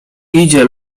idzie